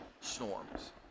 storms